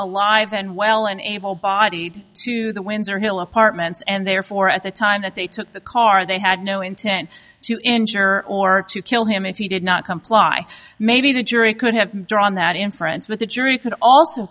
a live and well and able bodied to the windsor hill apartments and therefore at the time that they took the car they had no intent to injure or to kill him if he did not comply maybe the jury could have drawn that inference but the jury could also